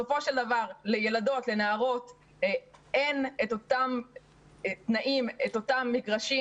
בסופו של דבר לילדות ונערות אין את אותם תנאים ואותם מגרשים.